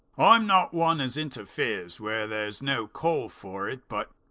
i'm not one as interferes where there's no call for it but